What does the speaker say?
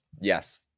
yes